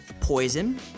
Poison